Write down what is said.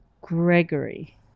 Gregory